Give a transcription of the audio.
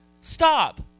Stop